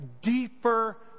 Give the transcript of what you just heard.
deeper